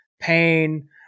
pain